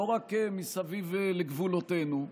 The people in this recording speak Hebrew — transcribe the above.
לא רק מסביב לגבולותינו,